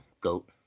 Goat